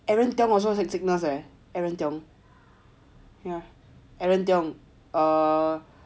aaron tiong also in signals aaron tiong yeah aaron tiong